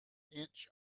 inch